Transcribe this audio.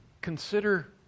consider